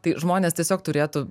tai žmonės tiesiog turėtų